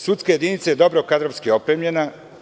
Sudska jedinica je dobro kadrovski opremljena.